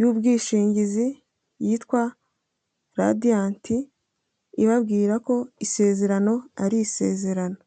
y'ubwishingizi yitwa radiyanti ibabwira ko isezerano ari isezerano.